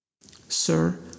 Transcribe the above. Sir